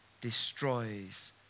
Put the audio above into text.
destroys